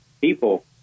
people